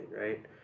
right